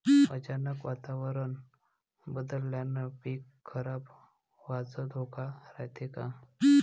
अचानक वातावरण बदलल्यानं पीक खराब व्हाचा धोका रायते का?